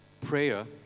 prayer